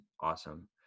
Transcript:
awesome